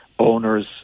owner's